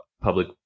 public